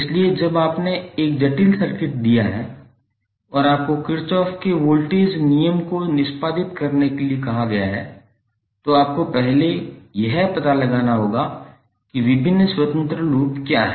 इसलिए जब आपने एक जटिल सर्किट दिया है और आपको किरचॉफ के वोल्टेज कानून को निष्पादित करने के लिए कहा गया है तो आपको पहले यह पता लगाना होगा कि विभिन्न स्वतंत्र लूप क्या हैं